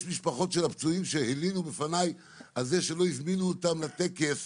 יש משפחות פצועים שהלינו בפניי על זה שלא הזמינו אותן לטקס